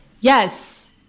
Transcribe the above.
Yes